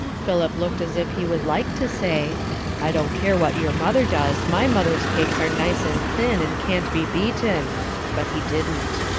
philip looked as if he would like to say i don't care what your mother does my mother's cakes are nice and thin, and can't be beaten but he didn't.